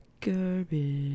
Garbage